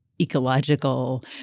ecological